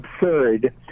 absurd